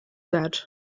that